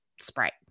Sprite